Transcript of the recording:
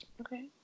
Okay